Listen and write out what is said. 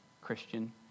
Christian